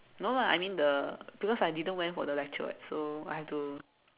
no lah I mean the because I didn't went for the lecture [what] so I have to